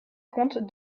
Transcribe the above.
compte